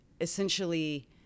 essentially